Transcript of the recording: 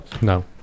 No